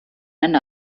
eine